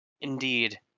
indeed